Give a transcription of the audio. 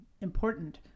important